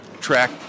track